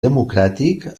democràtic